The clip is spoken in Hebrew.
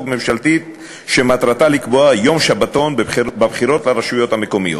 ממשלתית שמטרתה לקבוע יום שבתון בבחירות לרשויות המקומיות.